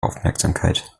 aufmerksamkeit